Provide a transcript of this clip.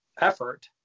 effort